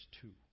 two